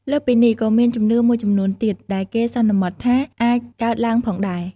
លើសពីនេះក៏មានជំនឿមួយចំនួនទៀត ដែលគេសន្មតថាអាចកើតឡើងផងដែរ។